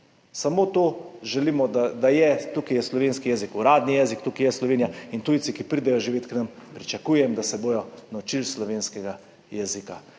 Samo to želimo, tukaj je slovenski jezik uradni jezik, tukaj je Slovenija in za tujce, ki pridejo živet k nam, pričakujem, da se bodo naučili slovenskega jezika.